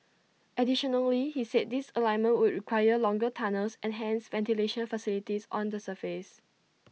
additionally he said this alignment would require longer tunnels and hence ventilation facilities on the surface